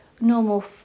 normal